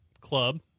club